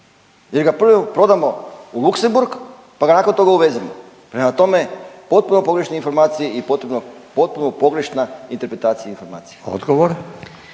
jer ga prodamo u Luksemburg pa ga nakon toga uvezemo. Prema tome, potpuno pogrešne informacije i potpuno pogrešna interpretacija informacija. **Radin,